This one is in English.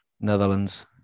Netherlands